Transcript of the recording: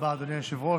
רבה, אדוני היושב-ראש.